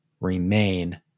remain